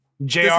JR